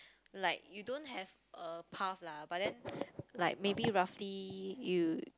like you don't have a path lah but then like maybe roughly you